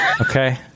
Okay